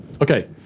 Okay